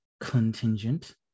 contingent